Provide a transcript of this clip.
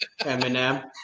Eminem